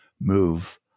move